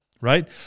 right